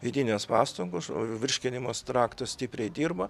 vidinės pastangos o virškinimosi traktas stipriai dirba